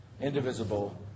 indivisible